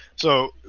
so